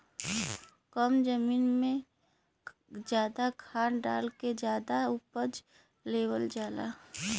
कम जमीन में जादा खाद डाल के जादा उपज लेवल जाला